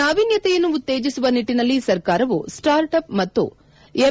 ನಾವಿನ್ಗತೆಯನ್ನು ಉತ್ತೇಜಿಸುವ ನಿಟ್ಟನಲ್ಲಿ ಸರ್ಕಾರವು ಸ್ಲಾರ್ಟ್ ಅಪ್ ಮತ್ತು ಎಂ